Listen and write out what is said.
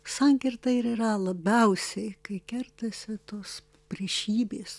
sankirta ir yra labiausiai kai kertasi tos priešybės